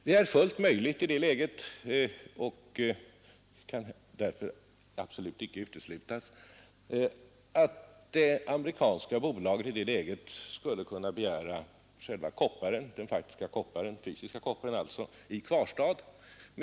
Det är fullt möjligt att det amerikanska bolaget i detta läge skulle begära själva kopparen i kvarstad.